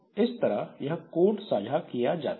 इस तरह यह कोड साझा किया जाता है